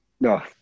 No